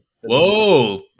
Whoa